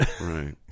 right